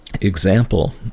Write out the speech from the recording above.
Example